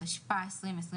התשפ"א-2021.